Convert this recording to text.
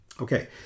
Okay